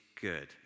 good